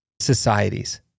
societies